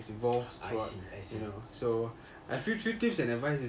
I see I see